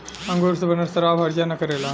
अंगूर से बनल शराब हर्जा ना करेला